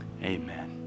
Amen